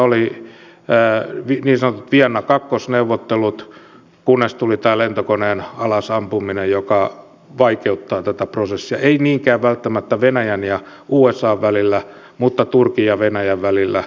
oli niin sanotut viennan kakkosneuvottelut kunnes tuli tämä lentokoneen alas ampuminen joka vaikeuttaa tätä prosessia ei niinkään välttämättä venäjän ja usan välillä mutta turkin ja venäjän välillä ja muuten